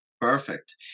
Perfect